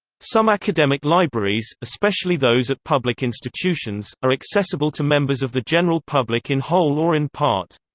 some academic libraries, especially those at public institutions, are accessible to members of the general public in whole or in part.